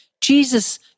Jesus